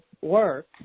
work